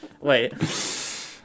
Wait